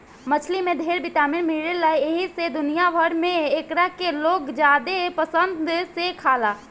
मछली में ढेर विटामिन मिलेला एही से दुनिया भर में एकरा के लोग ज्यादे पसंद से खाला